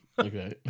Okay